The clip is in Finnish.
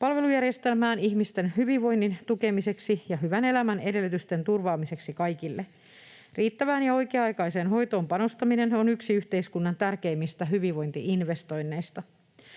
palvelujärjestelmään ihmisten hyvinvoinnin tukemiseksi ja hyvän elämän edellytysten turvaamiseksi kaikille. Riittävään ja oikea-aikaiseen hoitoon panostaminen on yksi yhteiskunnan tärkeimmistä hyvinvointi-investoinneista.